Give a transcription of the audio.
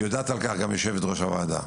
ויודעת על כך גם יושבת ראש הוועדה.